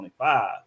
25